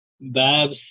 Babs